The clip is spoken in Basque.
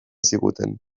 ziguten